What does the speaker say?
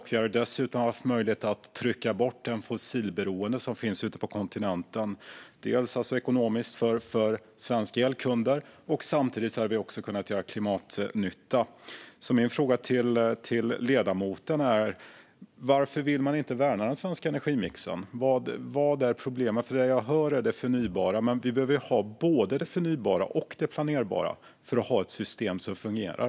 Vi hade dessutom haft möjlighet att trycka bort det fossilberoende som finns på kontinenten. Detta hade varit ekonomiskt för svenska elkunder och samtidigt gett klimatnytta. Min fråga till ledamoten är: Varför vill man inte värna den svenska energimixen - vad är problemet? Jag hör om det förnybara, men vi behöver ha både det förnybara och det planerbara för att ha ett system som fungerar.